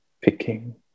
picking